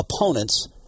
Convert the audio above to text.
opponents